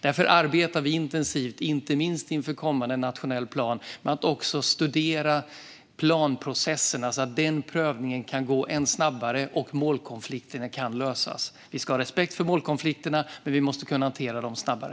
Därför arbetar vi intensivt, inte minst inför kommande nationell plan, med att studera planprocesserna så att prövningen kan gå ännu snabbare och målkonflikterna lösas. Vi ska ha respekt för målkonflikterna, men vi ska kunna hantera dem snabbare.